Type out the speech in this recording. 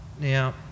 Now